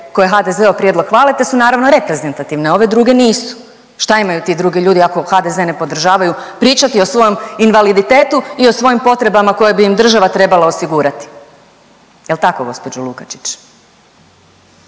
koje HDZ-ov prijedlog hvale te su naravno reprezentativne, a ove druge nisu. Šta imaju ti drugi ljudi ako HDZ ne podržavaju, pričati o svom invaliditetu i o svojim potrebama koje bi im država trebala osigurati, jel tako gđo. Lukačić?